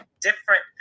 different